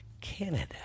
Canada